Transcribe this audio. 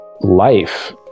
life